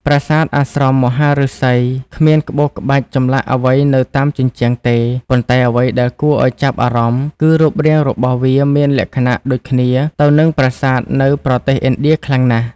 ប្រាសាទអាស្រមមហាឫសី គ្មានក្បូរក្បាច់ចម្លាក់អ្វីនៅតាមជញ្ជាំងទេ ប៉ុន្តែអ្វីដែលគួរឱ្យចាប់អារម្មណ៍គឺរូបរាងរបស់វាមានលក្ខណៈដូចគ្នាទៅនឹងប្រាសាទនៅប្រទេសឥណ្ឌាខ្លាំងណាស់។